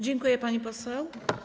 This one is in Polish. Dziękuję, pani poseł.